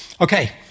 Okay